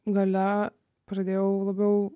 gale pradėjau labiau